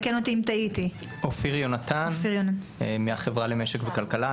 אופיר יהונתן, מהחברה למשק וכלכלה.